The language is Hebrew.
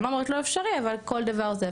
אמרנו רק לא אפשרי, אבל כל דבר זה.